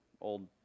old